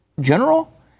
general